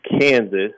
Kansas